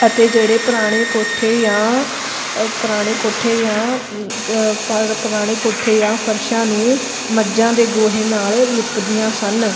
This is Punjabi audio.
ਅਤੇ ਜਿਹੜੇ ਪੁਰਾਣੇ ਕੋਠੇ ਜਾਂ ਪੁਰਾਣੇ ਕੋਠੇ ਜਾਂ ਪਰ ਪੁਰਾਣੇ ਕੋਠੇ ਜਾਂ ਫਰਸ਼ਾਂ ਨੂੰ ਮੱਝਾਂ ਦੇ ਗੋਹੇ ਨਾਲ ਲਿਪਦੀਆਂ ਸਨ